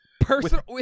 Personal